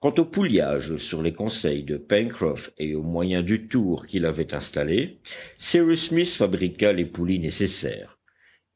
quant au pouliage sur les conseils de pencroff et au moyen du tour qu'il avait installé cyrus smith fabriqua les poulies nécessaires